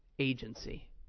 agency